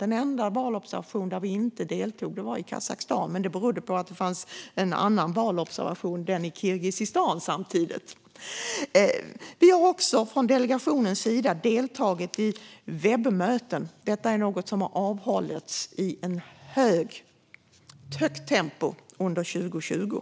Den enda valobservation som vi inte deltog i var den i Kazakstan, men det berodde på att den i Kirgizistan pågick samtidigt. Vi har också från delegationens sida deltagit i webbmöten. Sådana har hållits i ett högt tempo under 2020.